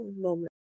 moment